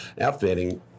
outfitting